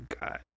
God